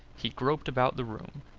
he groped about the room,